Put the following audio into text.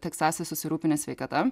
teksase susirūpinę sveikata